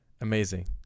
Amazing